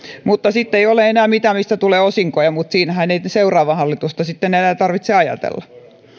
sitten ei ole enää mitään mistä tulee osinkoja mutta siinähän ei seuraavaa hallitusta sitten enää tarvitse ajatella